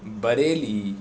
Bareilly